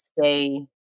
stay